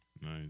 Nice